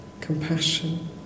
compassion